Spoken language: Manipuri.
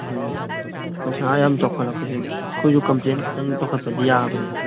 ꯑꯥ ꯄꯩꯁꯥ ꯌꯥꯝ ꯆꯥꯎꯈꯠꯂꯛꯄꯁꯦ ꯑꯩꯈꯣꯏꯁꯨ ꯀꯝꯄ꯭ꯂꯦꯟ ꯈꯤꯇꯪ ꯇꯧꯈꯠꯄꯗꯤ ꯌꯥꯕꯅꯦ